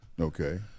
Okay